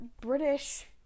British